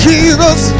Jesus